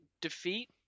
defeat